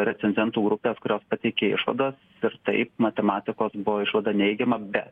recenzentų grupės kurios pateikė išvadas ir taip matematikos buvo išvada neigiama bet